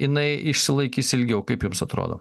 jinai išsilaikys ilgiau kaip jums atrodo